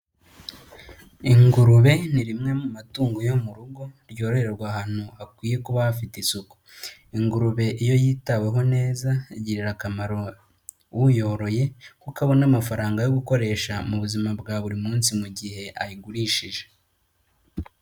Ingurube ni rimwe mu matungo yo mu rugo ryoroherwa ahantu hakwiye kuba hafite isuku, ingurube iyo yitaweho neza igirira akamaro uyoroye kuko abona amafaranga yo gukoresha mu buzima bwa buri munsi mu gihe ayigurishije.